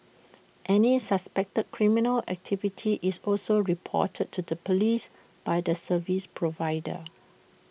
any suspected criminal activity is also reported to the Police by the service provider